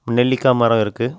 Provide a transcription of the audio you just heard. நெல்லிக்காய் மரம் இருக்குது